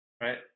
right